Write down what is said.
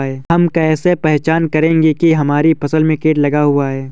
हम कैसे पहचान करेंगे की हमारी फसल में कीट लगा हुआ है?